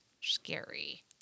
scary